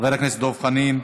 חבר הכנסת דב חנין,